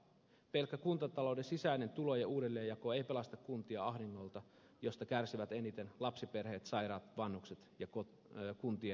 pelkkä kuntatalouden sisäinen tulojen uudelleenjako ei pelasta kuntia ahdingolta josta kärsivät eniten lapsiperheet sairaat vanhukset ja kuntien henkilöstö